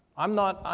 i'm not,